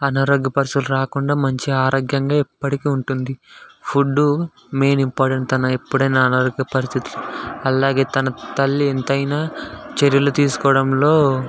అనారోగ్య పరిస్థితులు రాకుండా మంచిగా ఆరోగ్యంగా ఎప్పటికి ఉంటుంది ఫుడ్ మెయిన్ ఇంపార్టెంట్ తను ఎప్పుడైనా అనారోగ్య పరిస్థితులు అలాగే తన తల్లి ఎంతైనా చర్యలు తీసుకోవడంలో